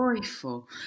Joyful